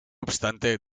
obstante